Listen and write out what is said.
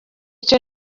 icyo